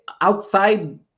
outside